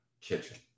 kitchen